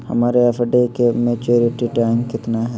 हमर एफ.डी के maturity time कितना है?